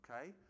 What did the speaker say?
okay